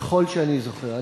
ככל שאני זוכר.